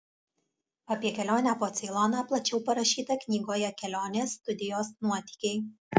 apie kelionę po ceiloną plačiau parašyta knygoje kelionės studijos nuotykiai